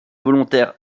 volontaires